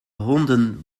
honden